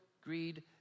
greed